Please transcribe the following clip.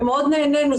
ומאוד נהנינו.